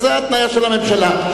זו ההתניה של הממשלה.